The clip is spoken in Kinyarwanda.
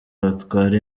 batwara